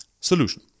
solution